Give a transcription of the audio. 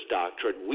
doctrine